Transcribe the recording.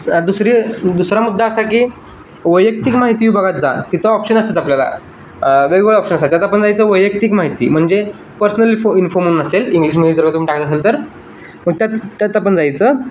दुसरी दुसरा मुद्दा असा की वैयक्तिक माहिती विभागात जा तिथं ऑप्शन असतात आपल्याला वेगवेगळे ऑप्शन असतात त्यात आपण जायचं वैयक्तिक माहिती म्हणजे पर्सनल फो इन्फो म्हणून असेल इंग्लिशमध्ये जर का तुम्ही टाकलं असेल तर मग त्यात त्यात आपण जायचं